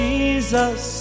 Jesus